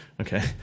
Okay